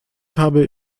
habe